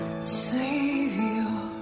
Savior